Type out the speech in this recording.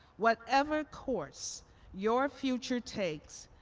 whatever course your future takes,